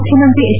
ಮುಖ್ಯಮಂತ್ರಿ ಎಚ್